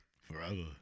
Forever